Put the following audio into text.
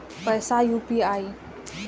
पैसा यू.पी.आई?